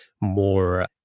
more